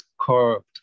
curved